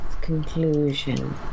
conclusion